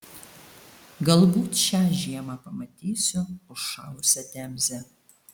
galbūt šią žiemą pamatysiu užšalusią temzę